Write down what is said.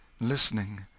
listening